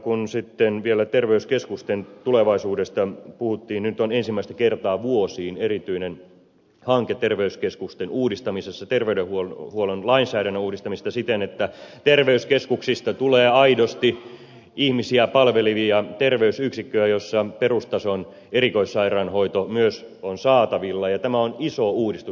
kun sitten vielä terveyskeskusten tulevaisuudesta puhuttiin niin nyt on ensimmäistä kertaa vuosiin erityinen hanke terveyskeskusten uudistamisessa terveydenhuollon lainsäädännön uudistamisessa siten että terveyskeskuksista tulee aidosti ihmisiä palvelevia terveysyksikköjä joissa perustason erikoissairaanhoito myös on saatavilla ja tämä on iso uudistus